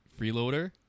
freeloader